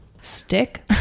Stick